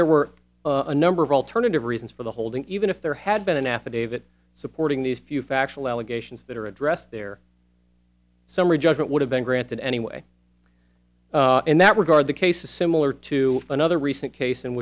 there were a number of alternative reasons for the holding even if there had been an affidavit supporting these few factual allegations that are addressed their summary judgment would have been granted anyway in that regard the case is similar to another recent case in